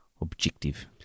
objective